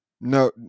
no